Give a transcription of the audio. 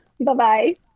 Bye-bye